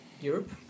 Europe